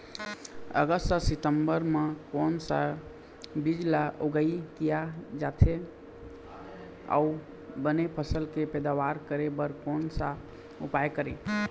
अगस्त सितंबर म कोन सा बीज ला उगाई किया जाथे, अऊ बने फसल के पैदावर करें बर कोन सा उपाय करें?